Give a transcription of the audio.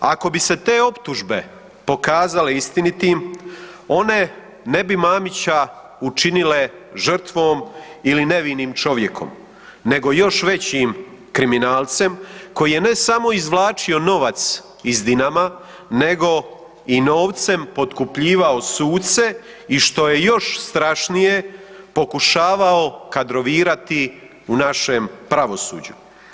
Ako bi se te optužbe pokazale istinitim, one ne bi Mamića učinile žrtvom ili nevinim čovjekom nego još većim kriminalcem koji je, ne samo izvlačio novac iz Dinama, nego i novcem potkupljivao suce i što je još strašnije, pokušavao kadrovirati u našem pravosuđu.